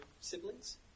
siblings